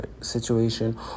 situation